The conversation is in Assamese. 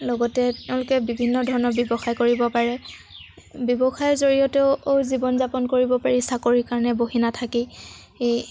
লগতে তেওঁলোকে বিভিন্ন ধৰণৰ ব্যৱসায় কৰিব পাৰে ব্যৱসায়ৰ জৰিয়তেও জীৱন যাপন কৰিব পাৰি চাকৰিৰ কাৰণে বহি নাথাকি